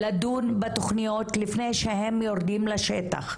יש לדון בתוכניות לפני שהן יורדות לשטח.